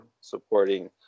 supporting